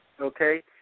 Okay